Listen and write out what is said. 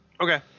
Okay